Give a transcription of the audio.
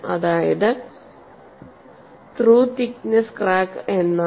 അതായത് through thickness crack എന്നാണ്